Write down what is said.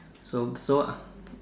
so so